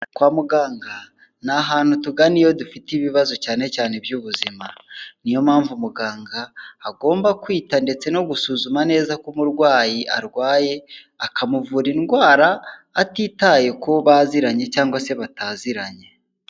Kwa muganga ni ahantu tugana iyo dufite ibibazo cyane cyane iby'ubuzima, ni yo mpamvu muganga agomba kwita ndetse no gusuzuma neza ko umurwayi arwaye, akamuvura indwara atitaye ko baziranye cyangwa se bataziranye.